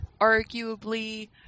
arguably